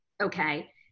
okay